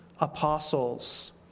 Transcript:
apostles